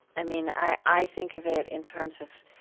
i mean, i think of it in terms of,